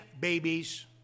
babies